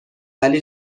ولی